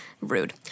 Rude